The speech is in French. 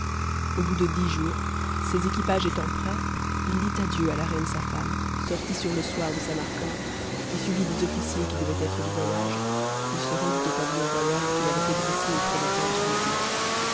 au bout de dix jours ses équipages étant prêts il dit adieu à la reine sa femme sortit sur le soir de samarcande et suivi des officiers qui devaient être du voyage il se rendit au pavillon royal qu'il avait fait dresser auprès des tentes